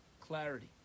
clarity